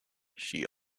she